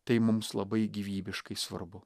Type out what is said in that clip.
tai mums labai gyvybiškai svarbu